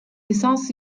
lisans